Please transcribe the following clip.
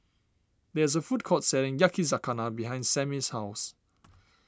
there is a food court selling Yakizakana behind Sammie's house